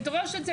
ולדרוש את זה,